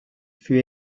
fut